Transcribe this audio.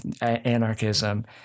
anarchism